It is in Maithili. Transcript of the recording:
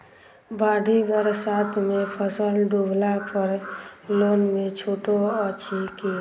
बाढ़ि बरसातमे फसल डुबला पर लोनमे छुटो अछि की